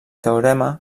teorema